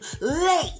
late